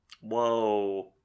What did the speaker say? whoa